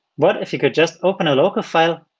what if you could just open a local file,